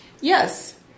Yes